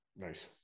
Nice